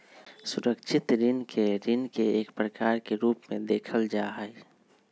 सुरक्षित ऋण के ऋण के एक प्रकार के रूप में देखल जा हई